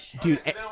dude